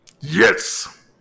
Yes